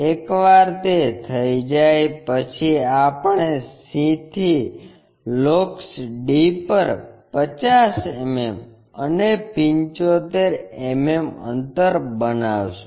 એકવાર તે થઈ જાય પછી આપણે c થી લોકસ d પર 50 mm અને 75 mm અંતર બનાવશું